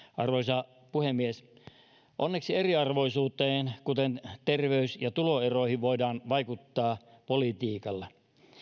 arvoisa puhemies onneksi eriarvoisuuteen kuten terveys ja tuloeroihin voidaan vaikuttaa politiikalla